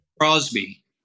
Crosby